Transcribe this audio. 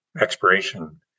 expiration